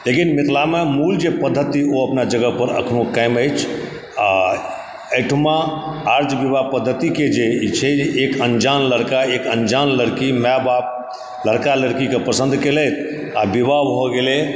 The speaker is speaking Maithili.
लेकिन मिथिलामे मूल जे पद्धति ओ अपना जगह पर अखनो कायम अछि आ एहिठुमा आर्य विवाह पद्धतिके जे ई छै एक अञ्जान लड़का एक अञ्जान लड़की माए बाप लड़का लड़कीके पसन्द केलथि आ विवाह भए गेलै